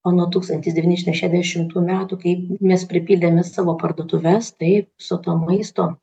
o nuo tūkstantis devyni šimtai šedešimtų metų kai mes pripildėme savo parduotuves taip so to maisto